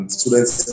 students